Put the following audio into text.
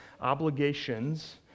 obligations